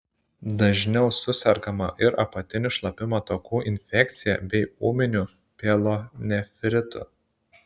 dažniau susergama ir apatinių šlapimo takų infekcija bei ūminiu pielonefritu